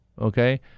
Okay